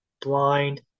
blind